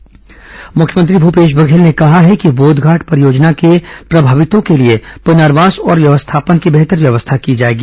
बोधघाट परियोजना मुख्यमंत्री भूपेश बघेल ने कहा है कि बोधघाट परियोजना के प्रभावितों के लिए पृनर्वास और व्यवस्थापन की बेहतर व्यवस्था की जाएगी